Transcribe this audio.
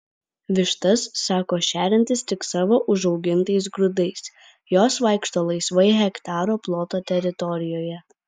vištas sako šeriantis tik savo užaugintais grūdais jos vaikšto laisvai hektaro ploto teritorijoje